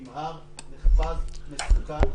נמהר, נחפז, מסוכן.